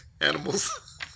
animals